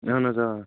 اہن حظ آ